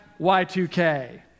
Y2K